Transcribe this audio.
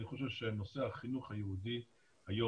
אני חושב שנושא החינוך היהודי היום,